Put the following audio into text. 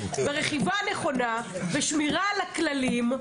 ברכיבה נכונה ובשמירה על הכללים,